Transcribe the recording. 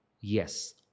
Yes